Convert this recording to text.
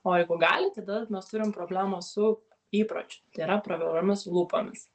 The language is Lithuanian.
o jeigu gali tai tada mes turim problemą su įpročiu tai yra praviromis lūpomis